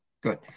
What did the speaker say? Good